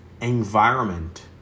environment